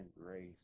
grace